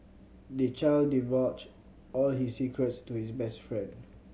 the child divulged all his secrets to his best friend